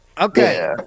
Okay